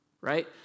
Right